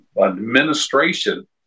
administration